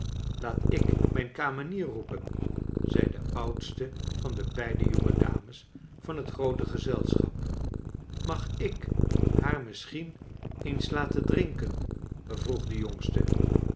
t ik mij n kamenier r oepen zei de oudste van de beide jonge dames van het groote gezelschap mag ik haar misschien eens laten drinken vroeg de jongste